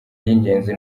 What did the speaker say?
ry’ingenzi